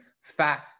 fat